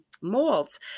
molds